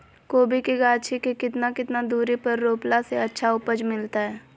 कोबी के गाछी के कितना कितना दूरी पर रोपला से अच्छा उपज मिलतैय?